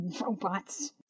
robots